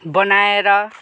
बनाएर